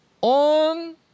on